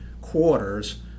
quarters